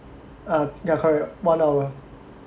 ah ya correct one hour